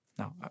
Now